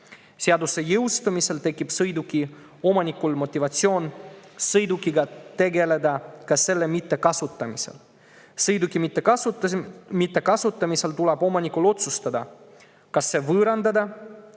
Seaduse jõustumisel tekib sõiduki omanikul motivatsioon sõidukiga tegeleda ka selle mittekasutamise korral. Sõiduki mittekasutamise korral tuleb omanikul otsustada, kas see võõrandada